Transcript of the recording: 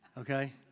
okay